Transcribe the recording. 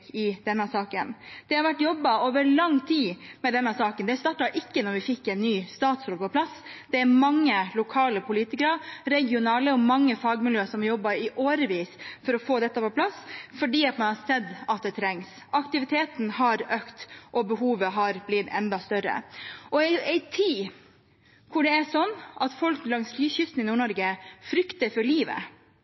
i denne saken. Det har vært jobbet over lang tid med denne saken. Det startet ikke da vi fikk en statsråd på plass. Mange lokale og regionale politikere og mange fagmiljø har jobbet i årevis for å få dette på plass, fordi man har sett at det trengs. Aktivitetene har økt, og behovet har blitt enda større. I en tid hvor folk langs kysten i Nord-Norge frykter for livet